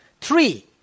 Three